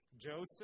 Joseph